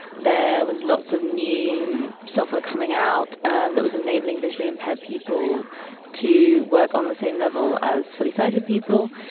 there was lots of new software coming out and that was enabling visually impaired people to work on the same level as fully sighted people.